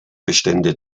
bestände